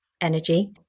energy